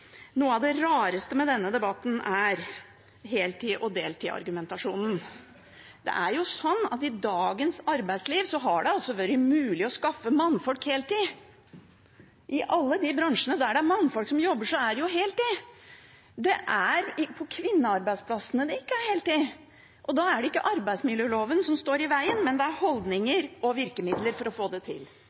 Noe av det rareste med denne debatten er heltids- og deltids-argumentasjonen. I dagens arbeidsliv har det vært mulig å skaffe mannfolk heltid. I alle de bransjene der det er mannfolk som jobber, er det jo heltid. Det er på kvinnearbeidsplassene det ikke er heltid. Da er det ikke arbeidsmiljøloven som står i veien, men holdninger og virkemidler for å få det til.